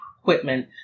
equipment